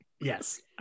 Yes